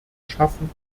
schaffen